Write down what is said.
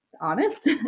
honest